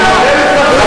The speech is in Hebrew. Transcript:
יעשה שלום?